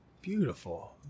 Beautiful